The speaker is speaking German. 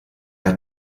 hat